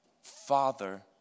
Father